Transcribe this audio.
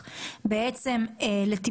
שלום